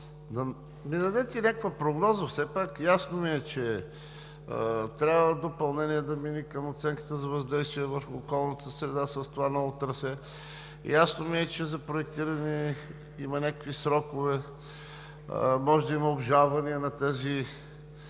да ми дадете някаква прогноза все пак. Ясно ми е, че трябва допълнение да мине към оценката за въздействие върху околната среда с това ново трасе. Ясно ми е, че за проектиране има някакви срокове. Може да има обжалване на тези